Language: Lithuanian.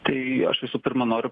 tai aš visų pirma noriu